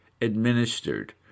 administered